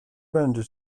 będzie